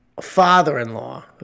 father-in-law